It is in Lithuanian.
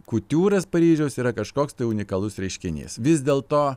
kutiūras paryžiaus yra kažkoks tai unikalus reiškinys vis dėl to